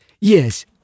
Yes